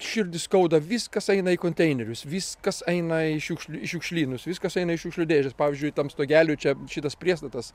širdį skauda viskas eina į konteinerius viskas eina į šiukšlių į šiukšlynus viskas eina į šiukšlių dėžes pavyzdžiui tam stogeliui čia šitas priestatas